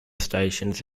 stations